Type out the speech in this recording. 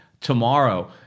tomorrow